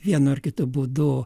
vienu ar kitu būdu